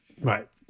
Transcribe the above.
Right